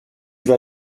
vas